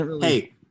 hey